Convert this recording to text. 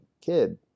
kid